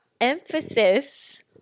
emphasis